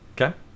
Okay